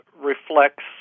reflects